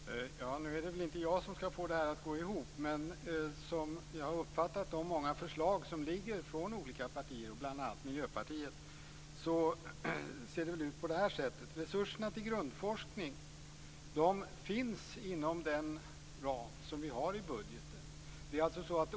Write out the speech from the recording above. Fru talman! Ja, nu är det väl inte jag som skall få det här att gå ihop, men som jag har uppfattat de många förslag som föreligger från olika partier, bl.a. Miljöpartiet, ser det ut så här: Resurserna till grundforskning finns inom den ram som vi har i budgeten.